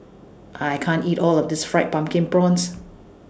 I can't eat All of This Fried Pumpkin Prawns